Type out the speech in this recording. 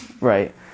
right